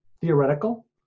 theoretical